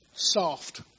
soft